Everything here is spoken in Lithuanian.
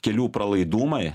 kelių pralaidumai